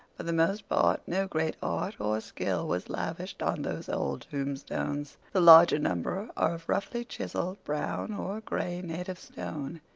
for the most part no great art or skill was lavished on those old tombstones. the larger number are of roughly chiselled brown or gray native stone,